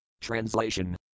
Translation